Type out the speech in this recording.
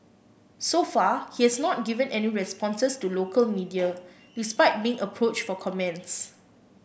so far he has not given any responses to local media despite being approached for comments